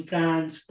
France